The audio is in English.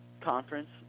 conference